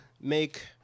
make